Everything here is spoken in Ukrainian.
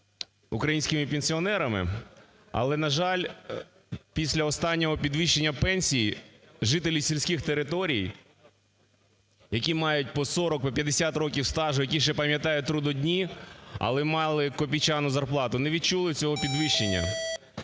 українськими пенсіонерами, але на жаль, після останнього підвищення пенсій жителі сільських територій, які мають по 40, по 50 років стажу, які ще пам'ятають трудодні, але мали копійчану зарплату, не відчули цього підвищення.